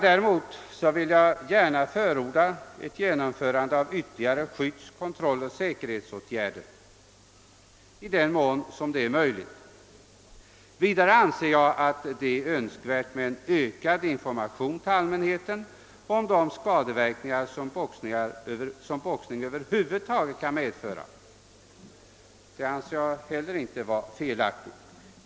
Däremot vill jag gärna förorda ett genomförande av ytterligare skydds-, kontrolloch säkerhetsåtgärder i den mån det är möjligt. Vidare anser jag att det är önskvärt med ökad information till allmänheten om de skadeverkningar som boxning över huvud taget kan medföra.